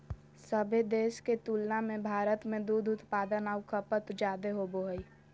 सभे देश के तुलना में भारत में दूध उत्पादन आऊ खपत जादे होबो हइ